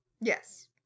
Yes